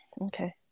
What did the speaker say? okay